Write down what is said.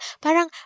Parang